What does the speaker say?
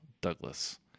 Douglas